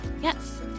yes